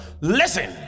listen